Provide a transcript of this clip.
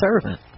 servant